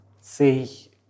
see